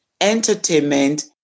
entertainment